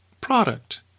product